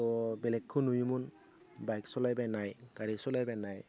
त' बेलेकखौ नुयोमोन बाइक सालायबायनाय गारि सालायबायनाय